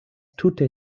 tute